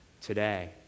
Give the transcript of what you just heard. today